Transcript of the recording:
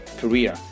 career